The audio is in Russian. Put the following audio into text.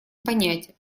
понять